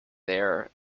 there